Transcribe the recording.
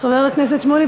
מס' 587. חבר הכנסת שמולי,